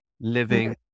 Living